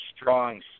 strong